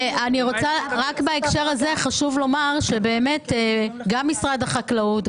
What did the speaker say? רק בהקשר הזה חשוב לומר שבאמת גם משרד החקלאות,